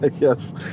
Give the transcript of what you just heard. Yes